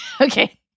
Okay